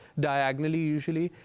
diagonally usually.